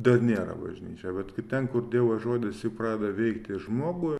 dar nėra bažnyčia bet ten kur dievo žodis jisai pradeda veikti žmogų